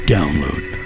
Download